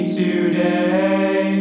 today